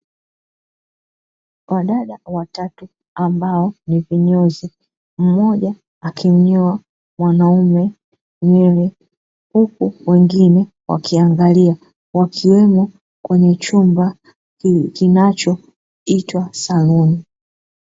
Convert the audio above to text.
Wadada watatu ambao ni vinyozi, mmoja akimnyoa mwanaume nywele, huku wengine wakiangalia wakiwemo kwenye chumba kinacho itwa saluni.